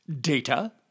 data